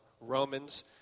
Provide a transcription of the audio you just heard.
Romans